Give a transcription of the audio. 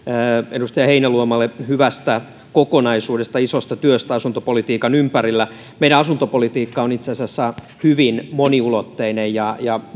edustaja heinäluomalle hyvästä kokonaisuudesta isosta työstä asuntopolitiikan ympärillä meidän asuntopolitiikkamme on itse asiassa hyvin moniulotteinen ja ja